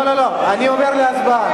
לא, לא, לא, אני עובר להצבעה.